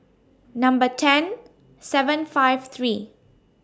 Number ten seven five three